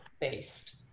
based